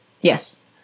Yes